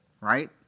Right